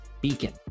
beacon